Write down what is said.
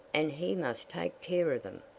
and he must take care of them.